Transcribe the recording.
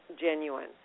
genuine